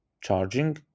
charging